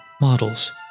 models